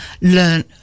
learn